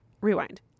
rewind